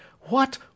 What